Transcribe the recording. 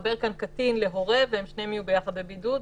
לחבר במצב כזה קטין להורה כדי ששניהם יהיו ביחד בבידוד,